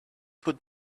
put